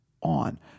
on